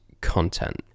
content